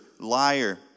liar